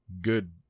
good